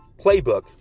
playbook